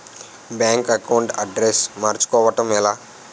Bank account address మార్చుకోవడం ఎలా?